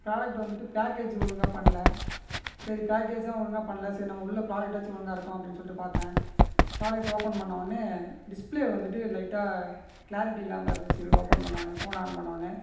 product வந்துட்டு package ஒழுங்காக பண்ணல சரி பேக்கேஜ் தான் ஒழுங்காக பண்ணல சரி நம்ம உள்ள ப்ராடக்ட்டாச்சும் ஒழுங்காக இருக்கும் அப்படினு சொல்லிட்டு பார்த்தன் ப்ரொடெக்ட் ஓபன் பண்ணோன்னே டிஸ்பிளே வந்துட்டு லைட்டாக கிளாரிட்டி இல்லாமல் இருந்துச்சு ஓபன் பண்ணோம்னே போன் ஆன் பண்ணோம்னே